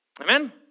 Amen